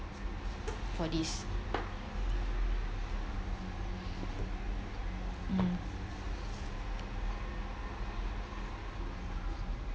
for this mm